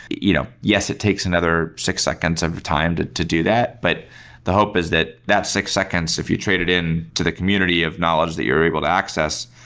you know yes, it takes another six seconds of your time to to do that, but the hope is that that six seconds, if you trade it in to the community of knowledge that you're able to access,